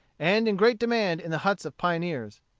and in great demand in the huts of pioneers.